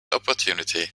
opportunity